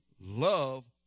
love